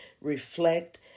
reflect